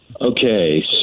Okay